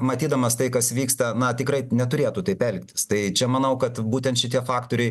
matydamas tai kas vyksta na tikrai neturėtų taip elgtis tai čia manau kad būtent šitie faktoriai